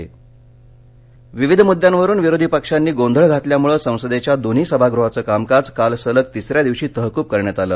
संसद विविध मृदद्यांवरुन विरोधीपक्षांनी गोंधळ घातल्यामुळे संसदेच्या दोन्ही सभागृहाचं कामकाज काल सलग तिसऱ्या दिवशी तहक्रब करण्यात आल